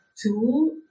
tool